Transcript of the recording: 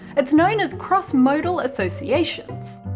it's known as crossmodal associations,